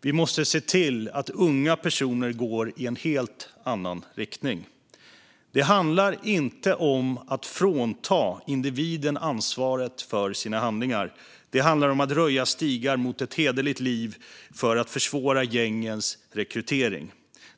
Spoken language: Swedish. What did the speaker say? Vi måste se till att unga personer går i en helt annan riktning. Det handlar inte om att frånta individen ansvaret för sina egna handlingar, utan om att röja stigar mot ett hederligt liv för att försvåra gängens rekrytering.